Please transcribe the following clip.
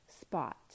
spot